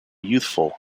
youthful